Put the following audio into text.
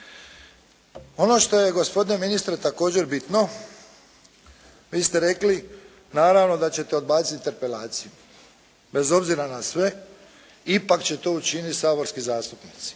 Ono što je gospodine ministre također bitno vi ste rekli naravno da ćete odbaciti interpelaciju. Bez obzira na sve ipak će to učiniti saborski zastupnici